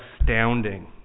astounding